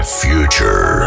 future